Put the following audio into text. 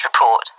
report